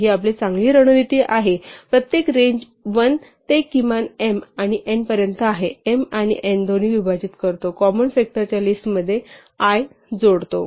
ही आपली चांगली रणनीती आहे प्रत्येक रेंज 1 ते किमान m आणि n पर्यंत आहे m आणि n दोन्ही विभाजित करतो कॉमन फ़ॅक्टर च्या लिस्टमध्ये i जोडतो